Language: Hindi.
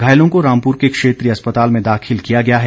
घायलों को रामपुर के क्षेत्रीय अस्पताल में दाखिल किया गया है